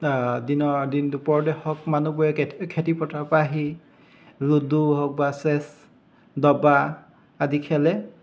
দিনৰ দিন দুপৰতে হওক মানুহবোৰে খেতি পথাৰৰ পৰা আহি লুডু হওক বা চেছ দবা আদি খেলে